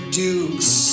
dukes